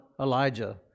Elijah